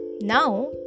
Now